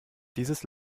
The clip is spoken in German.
dieses